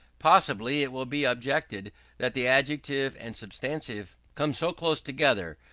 possibly it will be objected that the adjective and substantive come so close together,